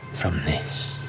from this?